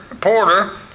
porter